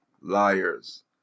Liars